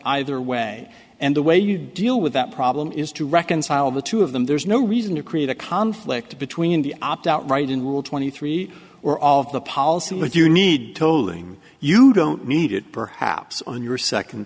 either way and the way you deal with that problem is to reconcile the two of them there's no reason to create a conflict between the opt out right in rule twenty three or all of the policy but you need tolling you don't need it perhaps on your second